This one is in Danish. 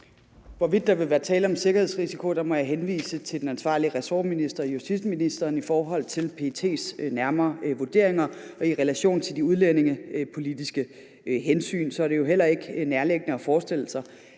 hvorvidt der vil være tale om en sikkerhedsrisiko, må jeg henvise til den ansvarlige ressortminister, justitsministeren, i forhold til PET's nærmere vurderinger, og i relation til de udlændingepolitiske hensyn er det nærliggende at forestille sig,